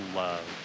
love